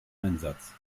einsatz